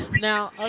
Now